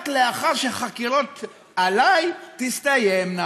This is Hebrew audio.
רק לאחר שהחקירות עליי תסתיימנה.